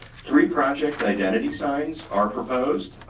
three project identity signs are proposed,